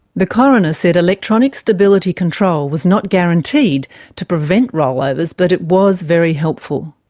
the coroner said electronic stability control was not guaranteed to prevent rollovers, but it was very helpful.